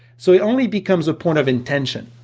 so it only becomes a point of intention.